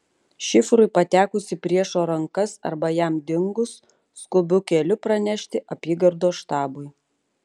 šifrui patekus į priešo rankas arba jam dingus skubiu keliu pranešti apygardos štabui